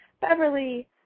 Beverly